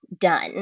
done